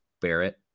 barrett